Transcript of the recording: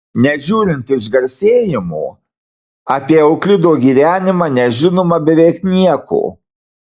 nežiūrint išgarsėjimo apie euklido gyvenimą nežinoma beveik nieko